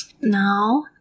Now